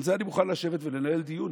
על זה אני מוכן לשבת ולנהל דיון,